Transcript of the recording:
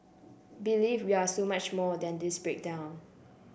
believe we are so much more than this breakdown